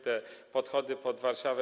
Te podchody pod Warszawę.